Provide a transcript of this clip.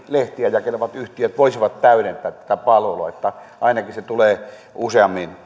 lehtiä jakelevat yhtiöt voisivat täydentää tätä palvelua että ainakin se tulee useammin